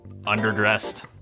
underdressed